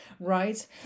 right